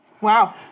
Wow